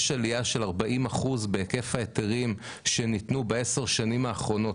יש עלייה של 40% בהיקף ההיתרים למטופלים שניתנו בעשר השנים האחרונות,